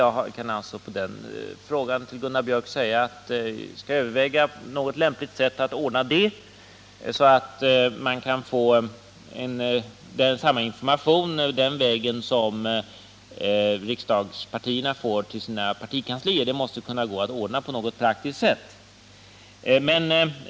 Jag kan alltså på den frågan till Gunnar Biörck i Värmdö säga att vi skall överväga något lämpligt sätt att ordna det, så att man kan få samma information den vägen som riksdagspartierna får till sina partikanslier. Det skall kunna gå att ordna på ett praktiskt sätt.